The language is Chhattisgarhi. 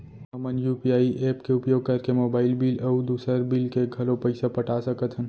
हमन यू.पी.आई एप के उपयोग करके मोबाइल बिल अऊ दुसर बिल के घलो पैसा पटा सकत हन